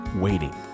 waiting